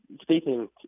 speaking